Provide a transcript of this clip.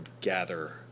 gather